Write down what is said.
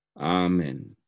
Amen